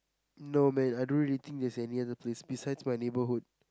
no many I don't really think there's any other place except my neighbourhood